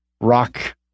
rock